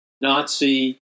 Nazi